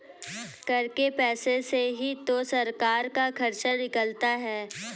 कर के पैसे से ही तो सरकार का खर्चा निकलता है